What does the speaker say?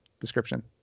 description